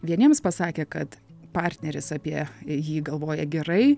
vieniems pasakė kad partneris apie jį galvoja gerai